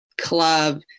Club